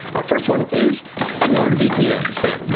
our first one is nord vpn. sam,